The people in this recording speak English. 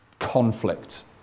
conflict